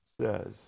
says